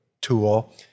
tool